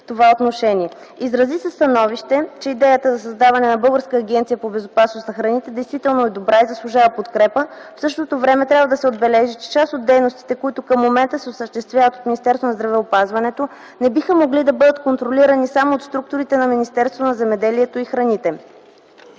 това отношение. Изрази се становище, че идеята за създаване на българска Агенция по безопасност на храните е добра и заслужава подкрепа. В същото време трябва да се отбележи, че част от дейностите, които към момента се осъществяват от Министерство на здравеопазването, не биха могли да бъдат контролирани само от структурите на Министерството на земеделието и храните.